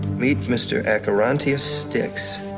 meet mr. acherontia styx.